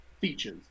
features